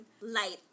light